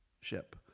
ship